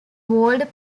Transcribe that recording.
walled